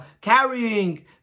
carrying